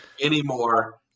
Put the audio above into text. anymore